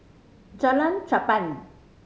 Jalan Cherpen